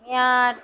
यहाँ